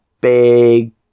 big